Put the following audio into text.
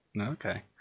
okay